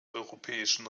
europäischen